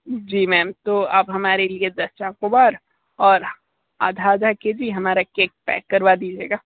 जी ma'am तो आप हमारे लिए दस चोकोबार और आधा आधा के जी हमारा केक पैक करवा दीजिए